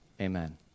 Amen